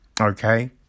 okay